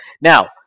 Now